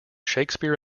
shakespeare